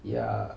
ya